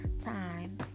time